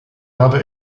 habe